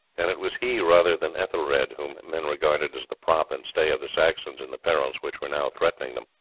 and it was he rather than ethelred whom men regarded as the prop and stay of the saxons in the perils which were now threatening them.